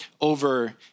over